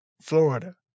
Florida